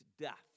death